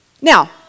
Now